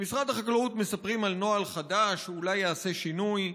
במשרד החקלאות מספרים על נוהל חדש שאולי יעשה שינוי,